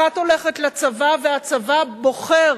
אחת הולכת לצבא, והצבא בוחר